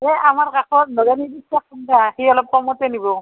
এ আমাৰ কাষৰ নগেন যে তাক সুধিবা সি অলপ কমতে নিব